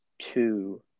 two